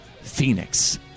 Phoenix